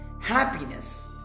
happiness